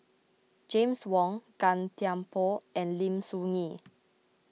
James Wong Gan Thiam Poh and Lim Soo Ngee